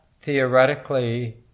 theoretically